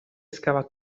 scava